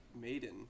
maiden